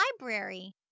library